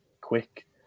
quick